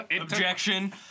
Objection